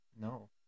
No